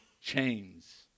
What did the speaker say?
chains